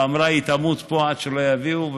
ואמרה שהיא תמות פה עד שיביאו.